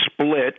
split